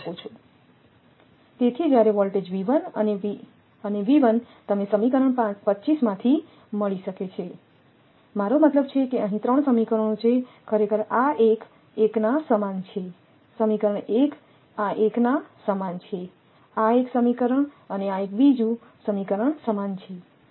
તેથી જ્યારે વોલ્ટેજ અને તમે સમીકરણ 25 માંથી મળી શકે છે મારો મતલબ છે કે અહીં 3 સમીકરણો છે ખરેખર આ એક આ એકના સમાન છેસમીકરણ એક આ એકના સમાન છે આ એક સમીકરણ અને આ એક બીજું સમીકરણ સમાન છે